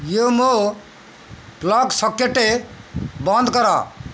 Wemo plug socket ବନ୍ଦ କର